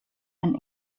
and